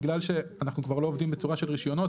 בגלל שאנחנו כבר לא עובדים בצורה של רישיונות